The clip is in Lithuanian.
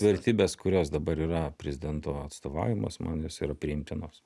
vertybės kurios dabar yra prezidento atstovaujamos man jos yra priimtinos